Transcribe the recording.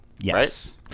Yes